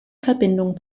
verbindung